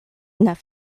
enough